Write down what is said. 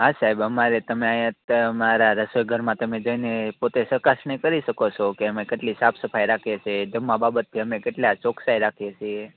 હા સાહેબ અમારે તમને અહીંયા અમારા રસોઈ ઘરમાં તમે જઈને પોતે ચકાસણી કરી શકો છો કે અમે કેટલી સાફ સફાઇ રાખીએ છીએ જમવા બાબતે અમે કેટલા ચોક્સાઈ રાખીએ છીએ